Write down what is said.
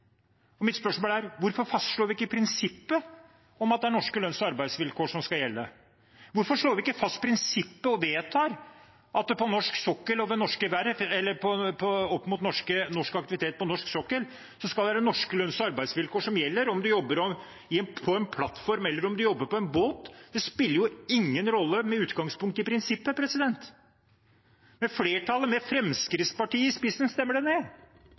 Mitt spørsmål er: Hvorfor fastslår vi ikke prinsippet om at det er norske lønns- og arbeidsvilkår som skal gjelde? Hvorfor slår vi ikke fast prinsippet og vedtar at det i norsk aktivitet på norsk sokkel skal være norske lønns- og arbeidsvilkår som gjelder? Og om man jobber på en plattform, eller om man jobber på en båt, spiller jo ingen rolle med utgangspunkt i det prinsippet. Men flertallet, med Fremskrittspartiet i spissen, stemmer det ned.